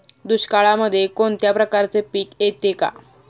दुष्काळामध्ये कोणत्या प्रकारचे पीक येते का?